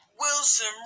Wilson